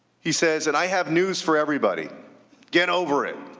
he says, and i have news for everybody get over it.